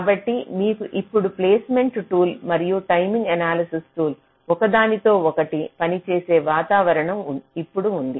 కాబట్టి మీకు ఇప్పుడు ప్లేస్మెంట్ టూల్ మరియు టైమింగ్ ఎనాలసిస్ టూల్ ఒకదానితో ఒకటి పనిచేసే వాతావరణం ఇప్పుడు ఉంది